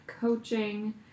coaching